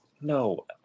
no